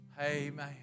Amen